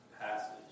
passage